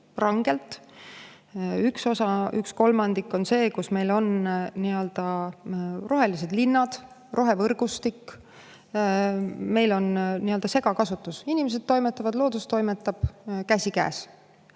üks kolmandik on see, kus meil on nii-öelda rohelised linnad, rohevõrgustik, meil on segakasutus: inimesed ja loodus toimetavad käsikäes.